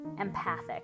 empathic